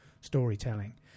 storytelling